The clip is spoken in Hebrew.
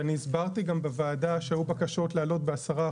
אני הסברתי גם בוועדה שהיו בקשות להעלות בעשרות